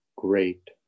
great